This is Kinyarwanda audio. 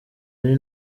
ari